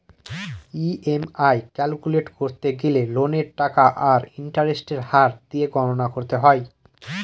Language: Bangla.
ই.এম.আই ক্যালকুলেট করতে গেলে লোনের টাকা আর ইন্টারেস্টের হার দিয়ে গণনা করতে হয়